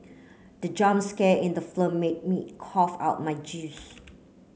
the jump scare in the film made me cough out my juice